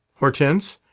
hortense,